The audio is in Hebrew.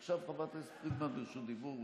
עכשיו חברת הכנסת פרידמן ברשות דיבור.